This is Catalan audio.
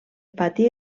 pati